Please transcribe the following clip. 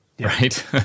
right